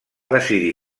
decidir